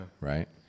Right